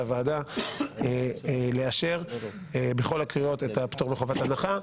הוועדה לאשר את הפטור מחובת הנחה בכל הקריאות.